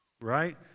right